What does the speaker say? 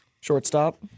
Shortstop